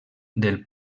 del